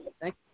Thank